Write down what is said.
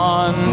on